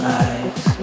eyes